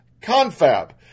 confab